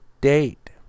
date